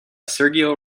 sergio